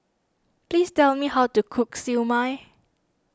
please tell me how to cook Siew Mai